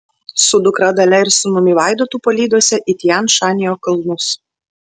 su dukra dalia ir sūnumi vaidotu palydose į tian šanio kalnus